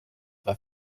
war